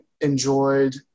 enjoyed